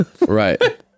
Right